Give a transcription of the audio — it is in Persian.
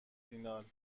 فینال